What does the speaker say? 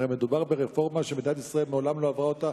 הרי מדובר ברפורמה שמדינת ישראל מעולם לא עברה אותה,